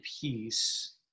peace